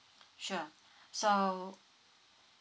sure so